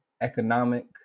economic